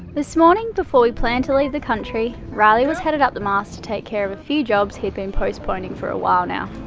this morning, before we planned to leave the country, riley was headed up the mast to take care of a few jobs he had been postponing for a while now.